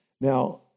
Now